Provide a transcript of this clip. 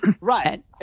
Right